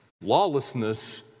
lawlessness